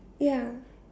ya